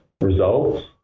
results